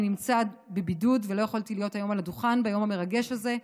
אני נמצא בבידוד ולא יכולתי להיות היום על הדוכן ביום המרגש הזה,